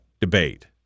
debate